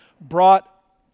brought